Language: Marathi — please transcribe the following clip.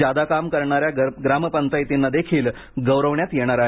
जादा काम करणाऱ्या ग्रामपंचायतीनांही गौरवण्यात येणार आहे